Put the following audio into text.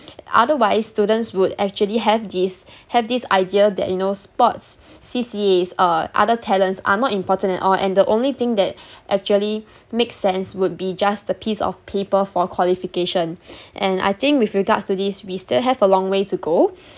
otherwise students would actually have this have this idea that you know sports C_C_As uh other talents are not important at all and the only thing that actually make sense would be just the piece of paper for qualification and I think with regards to this we still have a long way to go